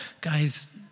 guys